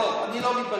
לא, אני לא מתבלבל.